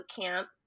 camp